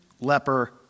leper